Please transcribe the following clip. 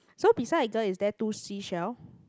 so beside the girl is there two seashell